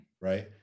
Right